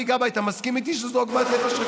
כי זו באמת עוגמת נפש.